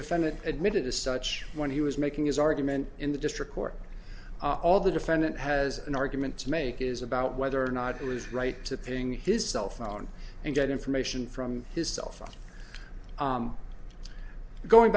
defendant admitted as such when he was making his argument in the district court all the defendant has an argument to make is about whether or not he was right tipping his cell phone and get information from his cell phone going